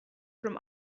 from